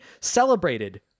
celebrated